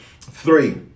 Three